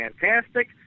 fantastic